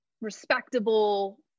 respectable